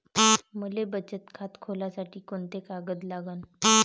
मले बचत खातं खोलासाठी कोंते कागद लागन?